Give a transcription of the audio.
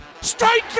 Strike